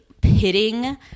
pitting